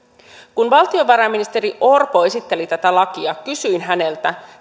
kun valtiovarainministeri orpo esitteli tätä lakia kysyin häneltä